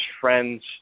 friends